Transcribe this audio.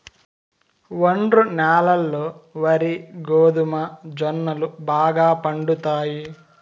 ఒండ్రు న్యాలల్లో వరి, గోధుమ, జొన్నలు బాగా పండుతాయి